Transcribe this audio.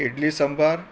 idli sambar